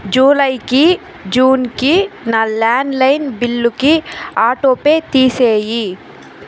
జూలైకి జూన్కి నా landline బిల్లుకి ఆటోపే తీసేయి